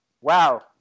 Wow